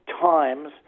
times